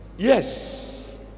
Yes